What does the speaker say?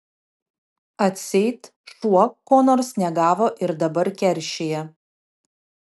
atseit šuo ko nors negavo ir dabar keršija